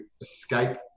escape